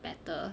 better